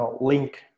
link